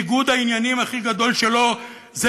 שניגוד העניינים הכי גדול שלו זה